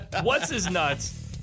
what's-his-nuts